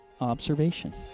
observation